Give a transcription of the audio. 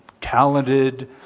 talented